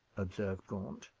observed gaunt.